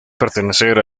pertenecer